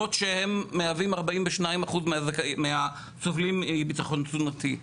למרות שהם מהווים 42% מהסובלים מביטחון תזונתי.